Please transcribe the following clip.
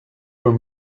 were